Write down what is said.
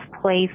place